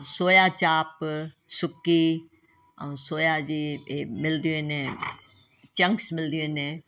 ऐं सोया चाप सुकी ऐं सोया जी इहे मिलंदियूं आहिनि चंक्स मिलंदियूं आहिनि